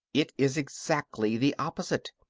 it is exactly the opposite.